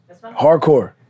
Hardcore